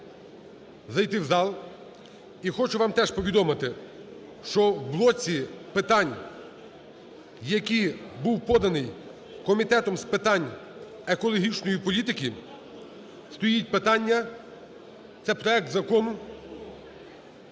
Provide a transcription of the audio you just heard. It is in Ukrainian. зайти в зал. І хочу вам теж повідомити, що в блоці питань, який був поданий Комітетом з питань екологічної політики, стоїть питання - це проект питання